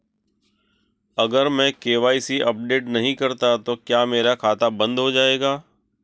अगर मैं KYC update नहीं करता तो क्या मेरा खाता बंद कर दिया जाएगा?